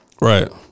Right